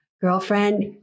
girlfriend